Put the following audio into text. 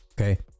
okay